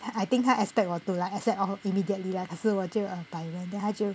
I think 他 expect 我 to like accept of~ immediately lah 可是我就 err by when then 他就